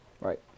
Right